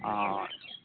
আচ্ছা